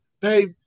hey